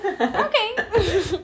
Okay